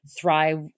thrive